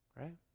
Right